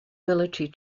military